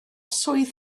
swydd